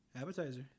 Appetizer